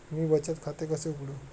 मी बचत खाते कसे उघडू?